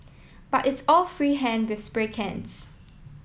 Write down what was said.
but it's all free hand with spray cans